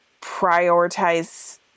prioritize